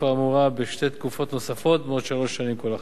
האמורה בשתי תקופות נוספות בנות שלוש שנים כל אחת.